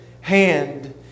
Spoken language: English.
hand